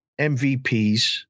MVPs